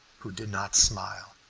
who did not smile.